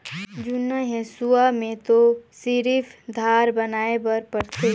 जुन्ना हेसुआ में तो सिरिफ धार बनाए बर परथे